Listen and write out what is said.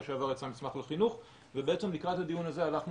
שעבר יצא מסמך על החינוך ובעצם לקראת הדיון הזה הלכנו